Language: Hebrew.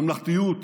ממלכתיות,